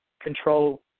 control